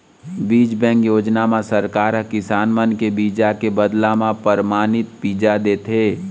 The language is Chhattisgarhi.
बीज बेंक योजना म सरकार ह किसान मन के बीजा के बदला म परमानित बीजा देथे